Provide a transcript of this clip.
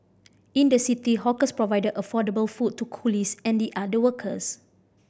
in the city hawkers provided affordable food to coolies and the other workers